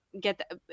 get